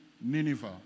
Nineveh